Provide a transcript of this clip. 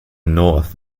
north